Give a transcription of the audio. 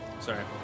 Sorry